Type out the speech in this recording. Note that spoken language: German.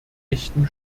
echten